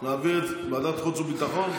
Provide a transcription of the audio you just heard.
ועדת חוץ וביטחון?